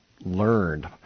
learned